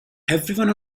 everyone